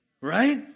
Right